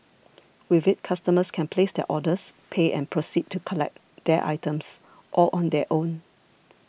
with it customers can place their orders pay and proceed to collect their items all on their own